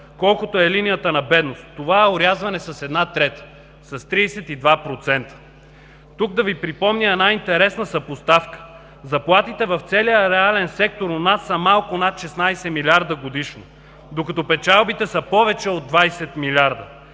колкото е линията на бедност. Това е орязване с една трета, с 32%. Тук да Ви припомня една интересна съпоставка. Заплатите в целия реален сектор у нас са малко над 16 милиарда годишно, докато печалбите са повече от 20 милиарда.